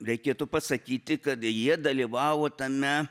reikėtų pasakyti kad jie dalyvavo tame